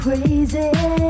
Crazy